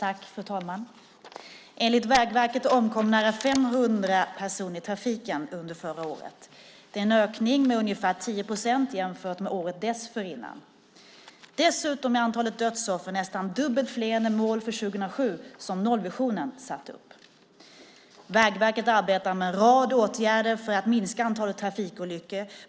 Fru talman! Enligt Vägverket omkom nära 500 personer i trafiken under förra året. Det är en ökning med ungefär 10 procent jämfört med året dessförinnan. Dessutom är antalet dödsoffer nästan dubbelt fler än i det mål för 2007 som nollvisionen satt upp. Vägverket arbetar med en rad åtgärder för att minska antalet trafikolyckor.